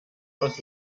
aus